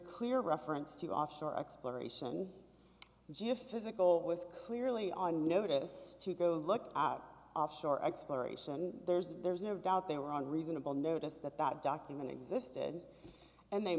clear reference to offshore exploration just physical was clearly on notice to go look out offshore exploration there's there's no doubt they were on reasonable notice that that document existed and they